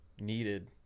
needed